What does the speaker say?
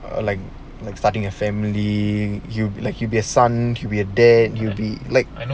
err like like starting a family you like you to be a son to be a dad you be like